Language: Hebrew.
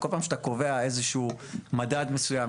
כל פעם כשאתה קובע איזה שהוא מדד מסוים,